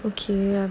okay